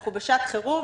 אנחנו בשעת חירום.